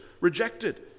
rejected